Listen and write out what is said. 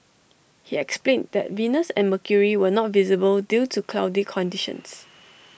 he explained that Venus and mercury were not visible due to cloudy conditions